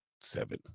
seven